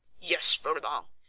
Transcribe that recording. yes, furlong,